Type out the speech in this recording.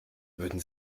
würden